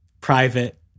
private